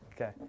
Okay